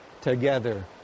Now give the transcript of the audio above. together